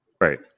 Right